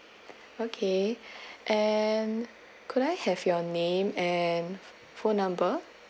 okay and could I have your name and phone number